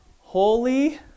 holy